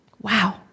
Wow